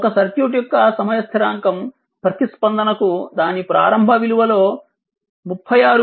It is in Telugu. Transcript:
ఒక సర్క్యూట్ యొక్క సమయ స్థిరాంకం ప్రతిస్పందనకు దాని ప్రారంభ విలువలో 36